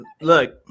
Look